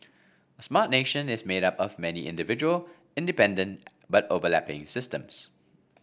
a Smart Nation is made up of many individual independent but overlapping systems